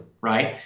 right